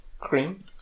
cream